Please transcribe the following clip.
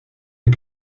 des